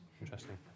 interesting